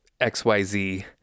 XYZ